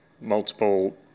multiple